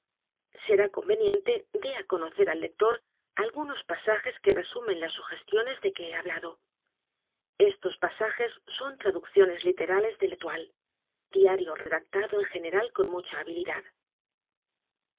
será conveniente dé á conocer al lector algunos pasajes que resumen las el misterio de maría roget sugestiones de que he hablado estos pasajes son t r a ducciones literales de veloile diario redactado en general con mucha habilidad